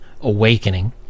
awakening